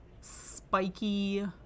spiky